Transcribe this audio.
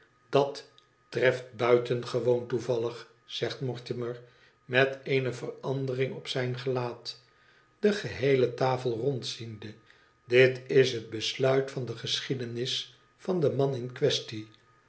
dat treft buitengewoon toevallig zegt mortimer met eene verandering op zijn gelaat de geheele tafel rondziende dit is het besluit van de geschiedenis van den man in quaestie